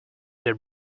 their